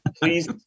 Please